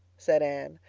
said anne,